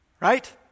Right